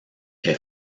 est